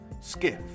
Skiff